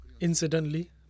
Incidentally